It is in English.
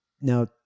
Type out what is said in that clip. Now